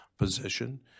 Position